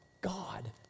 God